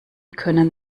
können